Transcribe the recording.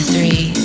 Three